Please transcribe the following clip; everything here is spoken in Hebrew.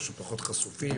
או שפחות חשופים,